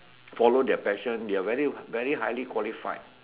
follow their passion they're very very highly qualified